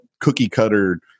cookie-cutter